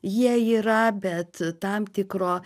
jie yra bet tam tikro